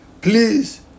please